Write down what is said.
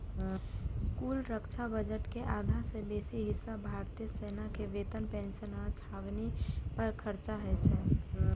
कुल रक्षा बजट के आधा सं बेसी हिस्सा भारतीय सेना के वेतन, पेंशन आ छावनी पर खर्च होइ छै